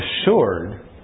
assured